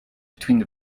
between